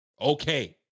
Okay